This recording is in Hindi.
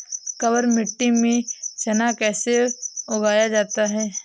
काबर मिट्टी में चना कैसे उगाया जाता है?